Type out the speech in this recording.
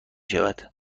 شود